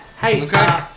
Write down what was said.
Hey